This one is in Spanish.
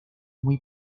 muy